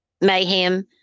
mayhem